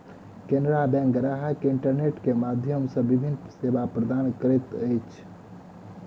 Canara bank ग्राहक के internet के माध्यम सॅ विभिन्न सेवा प्रदान करैत अछि